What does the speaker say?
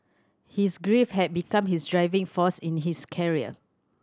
his grief had become his driving force in his carrier